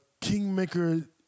Kingmaker